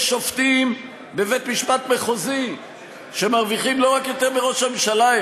יש שופטים בבית-משפט מחוזי שמרוויחים לא רק יותר מראש הממשלה,